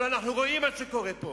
הלוא אנחנו רואים את מה שקורה פה.